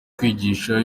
kwigisha